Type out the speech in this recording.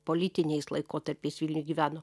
politiniais laikotarpiais vilniuj gyveno